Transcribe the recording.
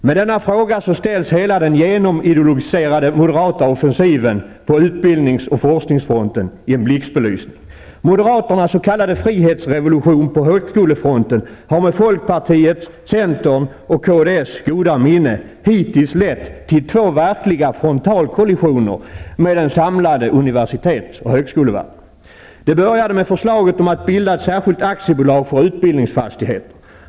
Med denna fråga ställs hela den genomideologiserade moderata offensiven på utbildnings och forskningsfronten i en blixtbelysning. Moderaternas s.k. frihetsrevolution på högskolefronten har med folkpartiets, centerns och kds goda minne hittills lett till två verkliga frontalkollisioner med den samlade universitetsoch högskolevärlden. Det började med förslaget om att bilda ett särskilt aktiebolag för utbildningsfastigheter.